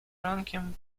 rankiem